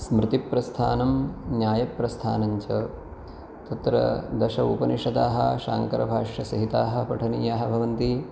स्मृतिप्रस्थानं न्यायप्रस्थानञ्च तत्र दश उपनिषदः शाङ्करभाष्यसहिताः पठनीयाः भवन्ति